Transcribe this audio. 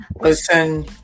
Listen